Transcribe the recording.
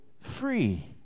free